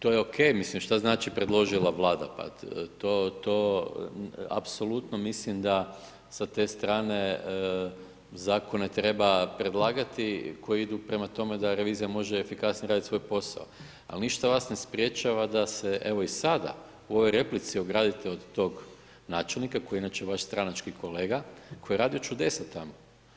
To je okej, mislim, što znači predložila Vlada, pa to apsolutno mislim da sa te strane zakone treba predlagati koji idu prema tome da revizija može efikasnije raditi svoj posao, ali ništa vas ne sprječava da se, evo i sada u ovoj replici ogradite od tog načelnika, koji je inače vaš stranački kolega, koji je radio čudesa tamo.